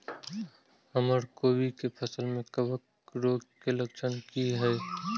हमर कोबी के फसल में कवक रोग के लक्षण की हय?